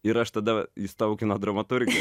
ir aš tada įstojau į kino dramaturgiją